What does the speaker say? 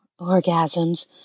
orgasms